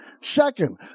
Second